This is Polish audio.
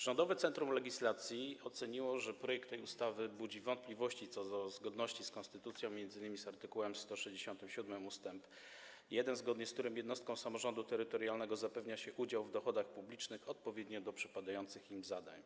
Rządowe Centrum Legislacji oceniło, że projekt tej ustawy budzi wątpliwości co do zgodności z konstytucją, m.in. z art. 167 ust. 1, zgodnie z którym jednostkom samorządu terytorialnego zapewnia się udział w dochodach publicznych odpowiednio do przypadających im zadań.